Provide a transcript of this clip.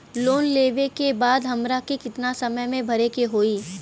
Loan लेवे के बाद हमरा के कितना समय मे भरे के होई?